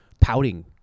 pouting